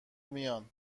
میان